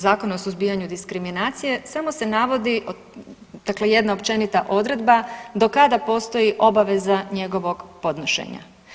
Zakona o suzbijanju diskriminacije samo se navodi, dakle jedna općenita odredba do kada postoji obaveza njegovog podnošenja.